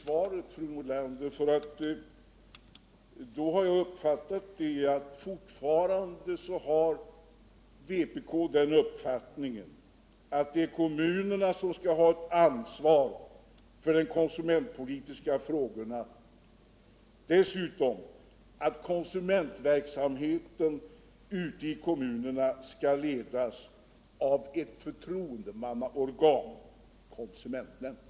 Herr talman! Jag är tacksam för det svaret, Karin Nordlander. Vpk har alltså den uppfattningen att det är kommunerna som skall ha ansvaret för de konsumentpolitiska frågorna, och dessutom att konsumentverksamheten ute i kommunerna skall ledas av ett förtroendemannaorgan, nämligen konsumentnämnden.